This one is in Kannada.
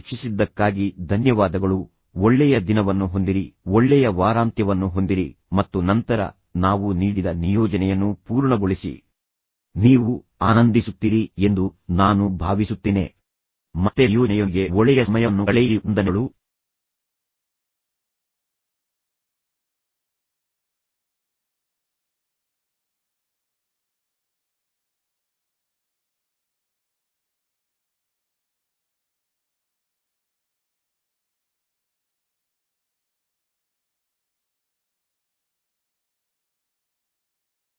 ಈ ವೀಡಿಯೊವನ್ನು ವೀಕ್ಷಿಸಿದ್ದಕ್ಕಾಗಿ ಧನ್ಯವಾದಗಳು ಒಳ್ಳೆಯ ದಿನವನ್ನು ಹೊಂದಿರಿ ಒಳ್ಳೆಯ ವಾರಾಂತ್ಯವನ್ನು ಹೊಂದಿರಿ ಮತ್ತು ನಂತರ ನಾವು ನೀಡಿದ ನಿಯೋಜನೆಯನ್ನು ಪೂರ್ಣಗೊಳಿಸಿ ನೀವು ಆನಂದಿಸುತ್ತೀರಿ ಎಂದು ನಾನು ಭಾವಿಸುತ್ತೇನೆ ಮತ್ತೆ ನಿಯೋಜನೆಯೊಂದಿಗೆ ಒಳ್ಳೆಯ ಸಮಯವನ್ನು ಕಳೆಯಿರಿ